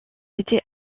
étaient